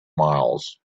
miles